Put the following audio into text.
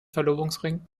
verlobungsring